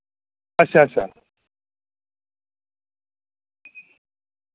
अच्छा अच्छा